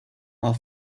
while